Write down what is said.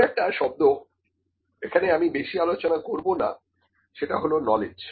আরও একটা শব্দ এখানে আমি বেশি আলোচনা করবো না সেটা হলো নলেজ